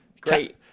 great